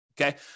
okay